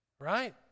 right